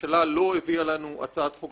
הממשלה לא הביאה לנו הצעת חוק